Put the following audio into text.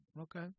Okay